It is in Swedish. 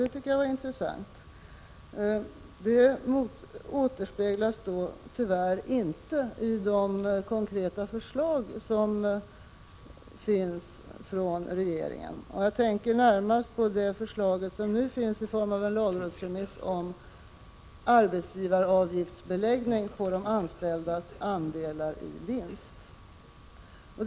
Det tycker jag var intressant. Det återspeglas tyvärr inte i de konkreta förslagen från regeringen. Jag tänker närmast på det förslag som nu finns i form av en lagrådsremiss om arbetsgivaravgift på de anställdas vinstandelar.